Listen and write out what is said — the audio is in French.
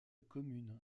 commune